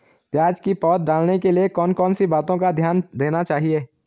प्याज़ की पौध डालने के लिए कौन कौन सी बातों का ध्यान देना चाहिए?